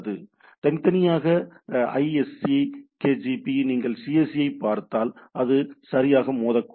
எனவே தனித்தனியாக isekgp நீங்கள் cse ஐப் பார்த்தால் மட்டுமே அது சரியாக மோதக்கூடும்